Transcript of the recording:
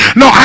no